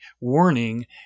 warning